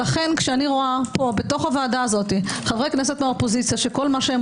לכן כשאני רואה פה בוועדה הזאת חברי כנסת מהאופוזיציה שכל מה שהם